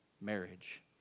marriage